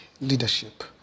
leadership